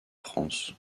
france